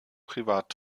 privat